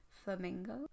Flamingo